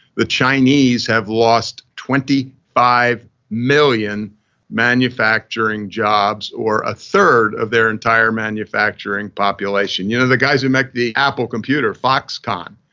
the chinese have lost twenty five million manufacturing jobs, or a third of their entire manufacturing population. you know the guys who make the apple computer, foxconn.